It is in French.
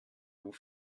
vous